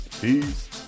Peace